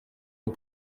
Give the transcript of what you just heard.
umu